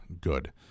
good